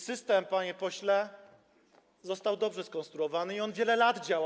System, panie pośle, został dobrze skonstruowany i on wiele lat działa.